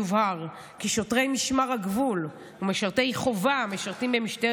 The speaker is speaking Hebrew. יובהר כי שוטרי משמר הגבול ומשרתי חובה המשרתים במשטרת